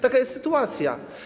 Taka jest sytuacja.